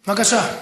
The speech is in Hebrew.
בבקשה.